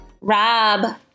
Rob